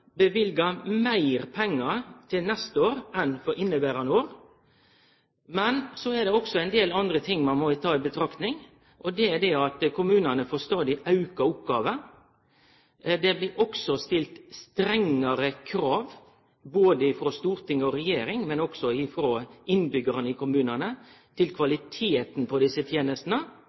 løyver meir pengar til neste år enn for inneverande år, men det er også ein del andre ting ein må ta i betraktning: Kommunane får stadig fleire oppgåver. Det blir stilt strengare krav frå både storting og regjering, men også frå innbyggjarane i kommunane, til kvaliteten på desse tenestene.